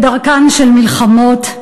כדרכן של מלחמות,